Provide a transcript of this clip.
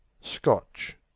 scotch